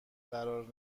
قرار